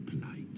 polite